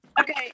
Okay